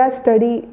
study